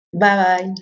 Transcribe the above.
Bye-bye